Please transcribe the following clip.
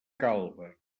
calba